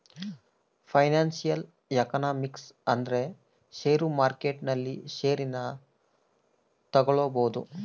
financial economics ಅಂದ್ರ share market ನಲ್ಲಿ share ನ ತಗೋಳೋದು